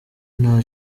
nta